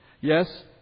Yes